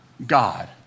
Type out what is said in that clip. God